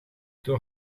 door